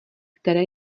které